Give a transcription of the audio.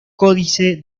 códice